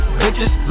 bitches